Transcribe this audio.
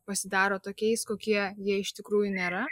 pasidaro tokiais kokie jie iš tikrųjų nėra